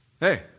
Hey